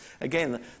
Again